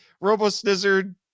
Robo-Snizzard